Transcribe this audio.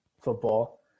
football